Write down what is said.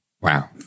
Wow